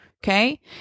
Okay